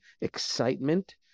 excitement